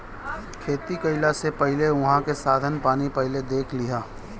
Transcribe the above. खेती कईला से पहिले उहाँ के साधन पानी पहिले देख लिहअ